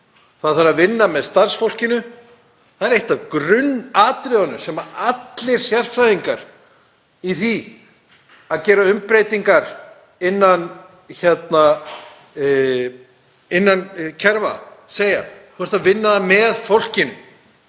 Það þarf að vinna með starfsfólkinu, það er eitt af grunnatriðunum sem allir sérfræðingar í því að gera umbreytingar innan kerfa segja: Það þarf að vinna þetta með fólkinu,